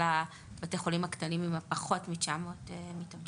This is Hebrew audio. לבתי החולים הקטנים עם פחות מ-900 מיטות.